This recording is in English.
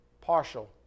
partial